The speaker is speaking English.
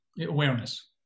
awareness